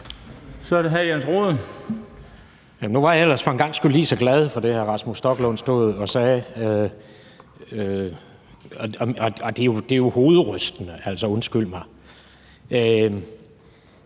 10:36 Jens Rohde (KD): Nu var jeg ellers for en gangs skyld lige så glad for det, hr. Rasmus Stoklund stod og sagde. Men det er jo hovedrystende at høre, altså undskyld mig.